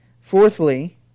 Fourthly